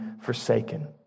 forsaken